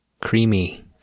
creamy